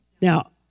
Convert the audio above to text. Now